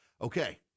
Okay